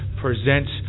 presents